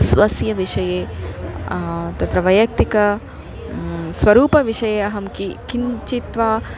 स्वस्य विषये तत्र वैयक्तिक स्वरूपविषये अहं कि किञ्चित्वा